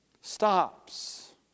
Stops